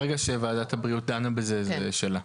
ברגע שוועדת הבריאות דנה בזה, זה שלה.